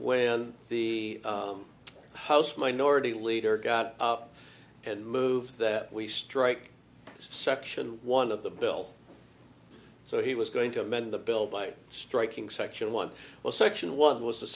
and the house minority leader got up and move that we strike section one of the bill so he was going to amend the bill by striking section one was section one was the